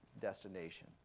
destination